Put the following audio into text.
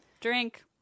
drink